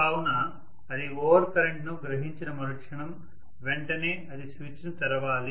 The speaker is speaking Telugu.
కావున అది ఓవర్ కరెంట్ ను గ్రహించిన మరుక్షణం వెంటనే అది స్విచ్ను తెరవాలి